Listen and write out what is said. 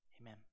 Amen